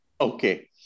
Okay